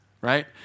right